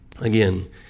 again